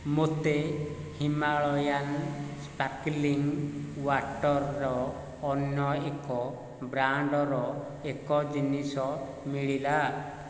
ମୋତେ Himalayan sparkling ୱାଟର୍ର ଅନ୍ୟ ଏକ ବ୍ରାଣ୍ଡର ଏକ ଜିନିଷ ମିଳିଲା